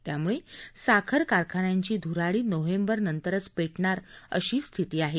त्यामुळे साखर कारखान्यांची धुराडी नोव्हेंबर नंतरच पेटणार अशी स्थिती आहे